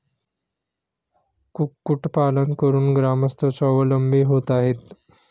कुक्कुटपालन करून ग्रामस्थ स्वावलंबी होत आहेत